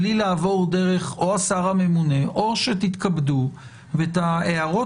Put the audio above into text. בלי לעבור דרך או השר הממונה או שתתכבדו ואת ההערות